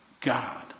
God